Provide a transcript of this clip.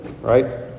right